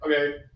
Okay